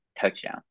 touchdown